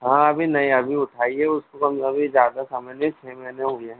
हाँ अभी नहीं अभी उठाई है उसको कम अभी ज़्यादा समय नहीं छः महीने हो गया है